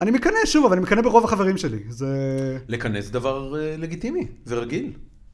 אני מקנא שוב, אבל אני מקנא ברוב החברים שלי, זה... לקנא זה דבר לגיטימי, זה רגיל.